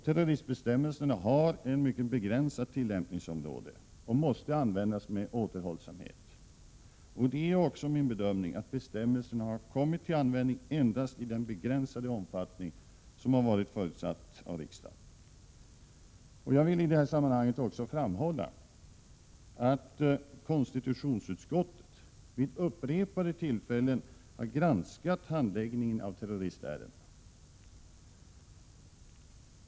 Terroristbestämmelserna har ett mycket begränsat tillämpningsområde och måste användas med återhållsamhet. Det är min bedömning att bestämmelserna har kommit till användning endast i den begränsade omfattning som riksdagen har förutsatt. Jag vill i detta sammanhang också framhålla att konstitutionsutskottet vid upprepade tillfällen har granskat handläggningen av terroristärenden.